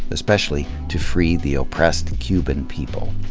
especially to free the oppressed cuban people.